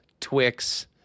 Twix